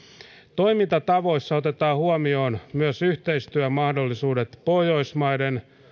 toimintatavoissa otetaan huomioon myös yhteistyömahdollisuudet pohjoismaiden